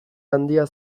handia